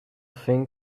thing